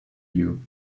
you